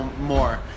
more